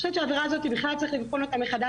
תעבירו את המסר.